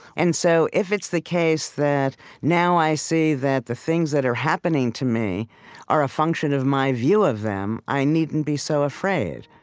and so if it's the case that now i see that the things that are happening to me are a function of my view of them, i needn't be so afraid.